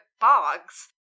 bogs